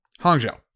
Hangzhou